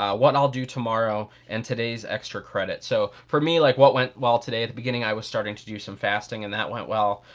ah what i'll do tomorrow. and today's extra credit. so for me, like what went well today, at the beginning i was starting to do some fasting and that went well.